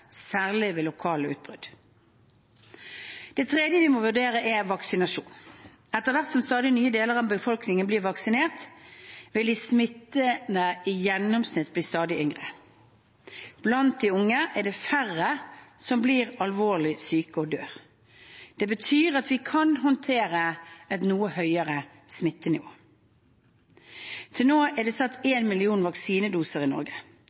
særlig ved lokale utbrudd. Det tredje vi må vurdere, er vaksinasjon. Etter hvert som stadig nye deler av befolkningen blir vaksinert, vil de smittede i gjennomsnitt bli stadig yngre. Blant de unge er det færre som blir alvorlig syke og dør. Det betyr at vi kan håndtere et noe høyere smittenivå. Til nå er det satt 1 million vaksinedoser i Norge.